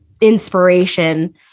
inspiration